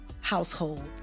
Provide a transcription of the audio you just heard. household